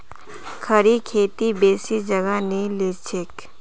खड़ी खेती बेसी जगह नी लिछेक